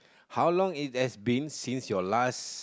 how long it has been since your last